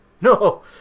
No